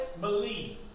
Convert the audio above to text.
believe